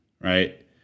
right